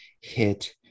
hit